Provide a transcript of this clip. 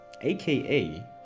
aka